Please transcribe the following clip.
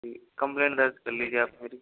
जी complaint दर्ज कर लीजिए आप मेरी